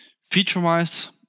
Feature-wise